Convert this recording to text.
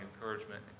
encouragement